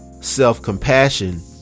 self-compassion